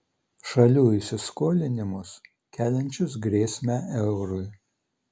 šalių įsiskolinimus keliančius grėsmę eurui